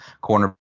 Corner